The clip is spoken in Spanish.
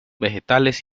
vegetales